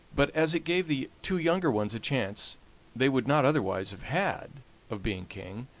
but as it gave the two younger ones a chance they would not otherwise have had of being king,